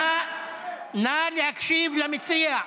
נא להקשיב למציע.